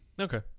Okay